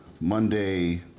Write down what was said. Monday